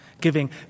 giving